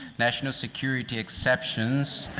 national security exceptions.